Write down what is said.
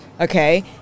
Okay